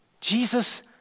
Jesus